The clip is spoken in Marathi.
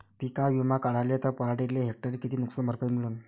पीक विमा काढला त पराटीले हेक्टरी किती नुकसान भरपाई मिळीनं?